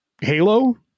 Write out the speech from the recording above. Halo